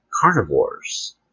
carnivores